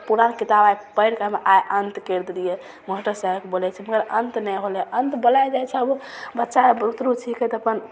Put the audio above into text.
पूरा किताब आइ पढ़िके हम आइ अन्त करि देलिए मास्टर साहबके बोलै छै मगर अन्त नहि होलै अन्त बोलै जाइ छै आब ओ बच्चा बुतरु छिकै तऽ अपन